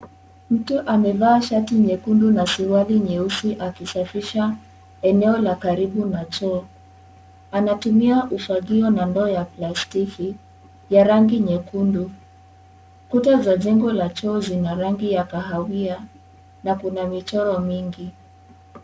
Mtu amevaa shati nyekundu na suruali nyeusi akisafisha eneno la karibu na choo, anatumia ufagio na ndoo ya plastiki ya rangi nyekundu, kuta za jengo la choo zina rangi ya kahawia na ina michoro mingi.